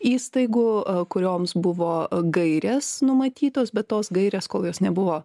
įstaigų kurioms buvo gairės numatytos bet tos gairės kol jos nebuvo